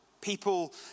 People